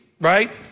right